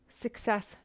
success